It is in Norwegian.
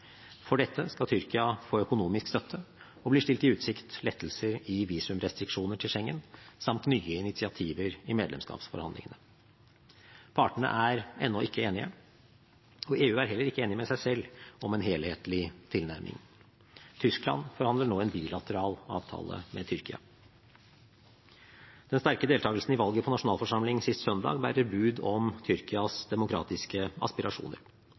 For dette skal Tyrkia få økonomisk støtte og blir stilt i utsikt lettelser i visumrestriksjoner til Schengen samt nye initiativer i medlemskapsforhandlingene. Partene er ennå ikke enige, og EU er heller ikke enig med seg selv om en helhetlig tilnærming. Tyskland forhandler nå en bilateral avtale med Tyrkia. Den sterke deltakelsen i valget på nasjonalforsamling sist søndag bærer bud om Tyrkias demokratiske aspirasjoner.